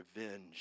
revenge